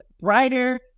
brighter